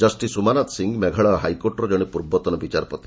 justice Umanath Singh Meghalaya ହାଇକୋର୍ଟର ଜଣେ ପୂର୍ବତନ ବିଚାରପତି